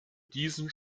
diesen